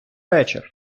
вечір